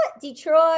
Detroit